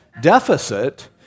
deficit